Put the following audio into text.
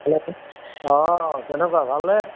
hello অঁ কেনেকুৱা ভাল নে